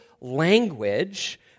language